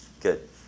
Good